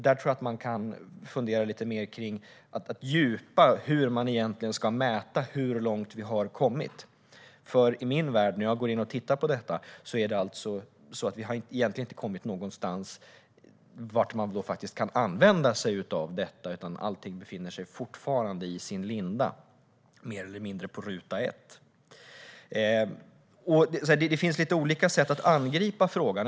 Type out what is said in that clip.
Jag tror att man kan fundera lite mer på att fördjupa hur man egentligen ska mäta hur långt vi har kommit. I min värld, när jag går in och tittar på detta, har vi egentligen inte kommit dithän att man faktiskt kan använda sig av detta, utan allting befinner sig fortfarande i sin linda, mer eller mindre på ruta ett. Det finns lite olika sätt att angripa frågan.